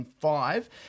five